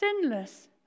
sinless